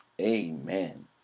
Amen